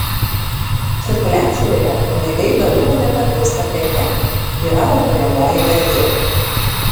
cirkuliacijoje pinigai galų gale pavirsta preke yra vartojamoji vertė